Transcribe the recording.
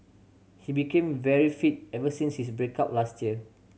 he became very fit ever since his break up last year